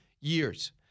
years